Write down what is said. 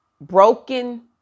broken